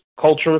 culture